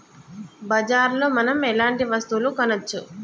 బజార్ లో మనం ఎలాంటి వస్తువులు కొనచ్చు?